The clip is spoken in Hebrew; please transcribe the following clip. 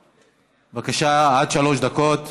בבקשה, עד שלוש דקות.